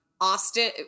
Austin